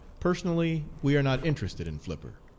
personally we are not interested in flipper.